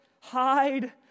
hide